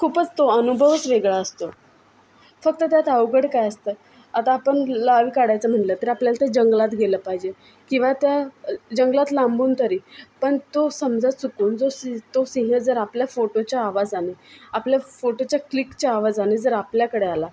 खूपच तो अनुभवच वेगळा असतो फक्त त्यात अवघड काय असतं आता आपण लाईव काढायचं म्हणलं तर आपल्याला ते जंगलात गेलं पाहिजे किंवा त्या जंगलात लांबून तरी पण तो समजा चुकून जो सिं तो सिंह जर आपल्या फोटोच्या आवाजाने आपल्या फोटोच्या क्लिकच्या आवाजाने जर आपल्याकडे आला